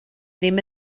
ddim